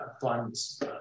funds